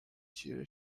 چیره